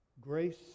grace